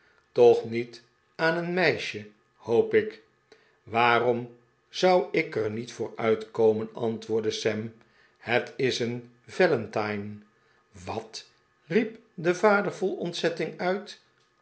toch niet aan een meisje hoop ik waarpm zou ik er niet voor uitkomen antwoordde sam het is een valentine wat riep de vader vol ontzetting uit